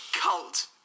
cult